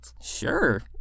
Sure